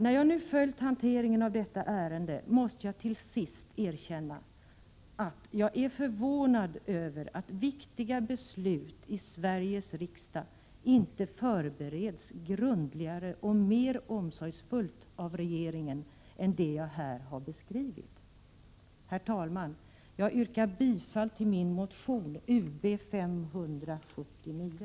När jag nu följt hanteringen av detta ärende, måste jag till sist erkänna att jag är förvånad över att viktiga beslut i Sveriges riksdag inte förbereds grundligare och mer omsorgsfullt än jag här har beskrivit. Herr talman! Jag yrkar bifall till min motion Ub579.